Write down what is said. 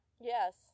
Yes